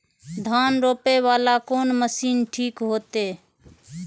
धान रोपे वाला कोन मशीन ठीक होते?